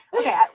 okay